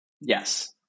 Yes